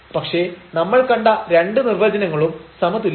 പക്ഷെ നമ്മൾ കണ്ട രണ്ട് നിർവചനങ്ങളും സമതുല്യമാണ്